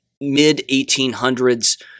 mid-1800s